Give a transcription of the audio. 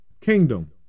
kingdom